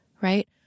Right